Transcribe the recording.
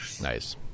Nice